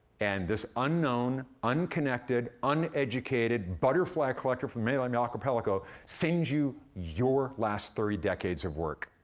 and this unknown, unconnected, uneducated butterfly collector from malay um yeah archipelago sends you your last three decades of work.